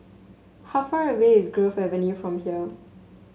how far away is Grove Avenue from here